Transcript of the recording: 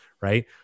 right